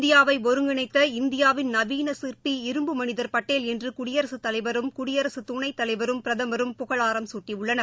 இந்தியாவை ஒருங்கிணைத்த இந்தியாவின் நவீன சிற்பி இரும்பு மனிதர் படேல் என்று குடியரசுத் தலைவரும் குடியரசு துணைத்தலைவரும் பிரதமரும் புகழாரம் சூட்டியுள்ளனர்